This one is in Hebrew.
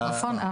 אף פעם.